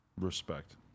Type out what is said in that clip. Respect